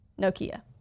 Nokia